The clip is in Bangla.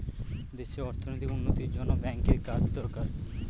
দেশে অর্থনৈতিক উন্নতির জন্য ব্যাঙ্কের কাজ দরকার